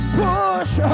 push